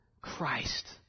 Christ